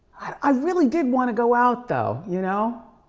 i really did wanna go out though, you know.